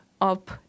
up